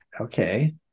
okay